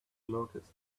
locusts